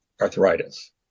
arthritis